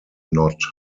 not